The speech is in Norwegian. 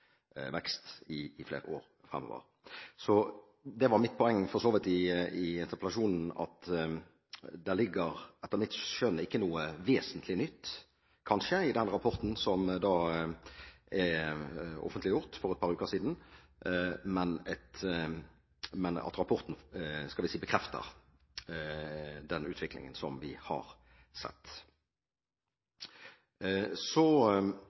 vekst i flere år fremover. Mitt poeng i interpellasjonen var for så vidt at det etter mitt skjønn kanskje ikke ligger noe vesentlig nytt i den rapporten som ble offentliggjort for et par uker siden, men at rapporten – skal vi si – bekrefter den utviklingen som vi har sett. Så